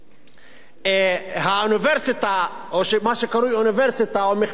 דין האוניברסיטה או מה שקרוי אוניברסיטה או מכללה באריאל,